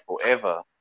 forever